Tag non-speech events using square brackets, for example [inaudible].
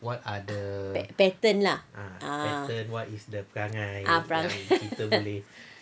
pattern lah ah ah perangai [laughs]